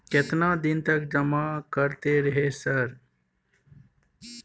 केतना दिन तक जमा करते रहे सर?